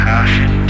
passion